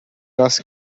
das